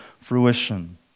fruition